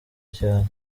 cyane